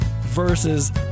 versus